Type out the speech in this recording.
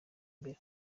mbere